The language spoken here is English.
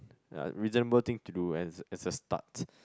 ya reasonable thing to do and it's a start